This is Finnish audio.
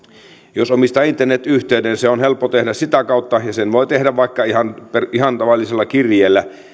jos omistaa internetyhteyden se on helppo tehdä sitä kautta ja sen voi tehdä vaikka ihan ihan tavallisella kirjeellä